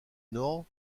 nord